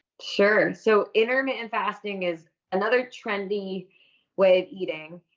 sure. so intermittent fasting is another trendy way of eating,